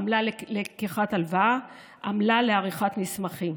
עמלה ללקיחת הלוואה, עמלה לעריכת מסמכים.